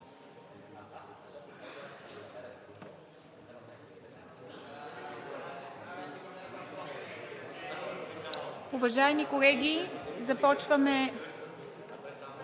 Уважаеми колеги! Започваме